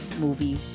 movie